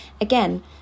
Again